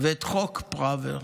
ואת חוק פראוור.